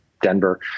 Denver